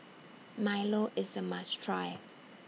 Milo IS A must Try